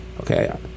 okay